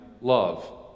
love